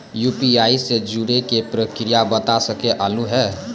UPI से जुड़े के प्रक्रिया बता सके आलू है?